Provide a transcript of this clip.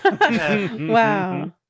Wow